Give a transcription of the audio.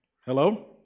Hello